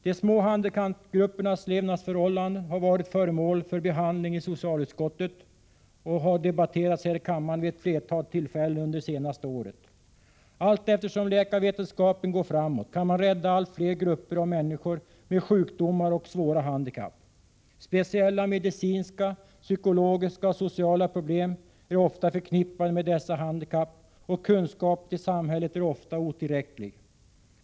Dessa gruppers levnadsförhållanden har varit föremål för behandling i socialutskottet och har debatterats här i kammaren vid ett flertal tillfällen under det senaste året. Allteftersom läkarvetenskapen går framåt kan man rädda allt fler grupper av människor med sjukdomar och svåra handikapp. Speciella medicinska, psykologiska och sociala problem är ofta förknippade med dessa handikapp, kunskapen om dessa i samhället är ofta otillräcklig.